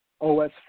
OS